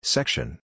Section